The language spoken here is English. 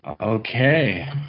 Okay